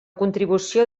contribució